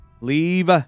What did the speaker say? Leave